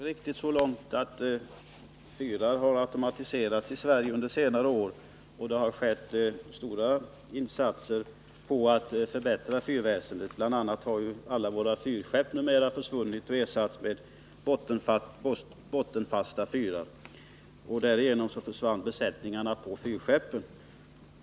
Herr talman! Svenska fyrar har under senare år automatiserats, och stora insatser har gjorts för att förbättra fyrväsendet — så långt är det riktigt. BI. a. har alla våra fyrskepp numera försvunnit och ersatts med bottenfasta fyrar. Därmed försvann också besättningarna på fyrskeppen.